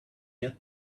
yet